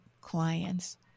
clients